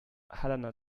helena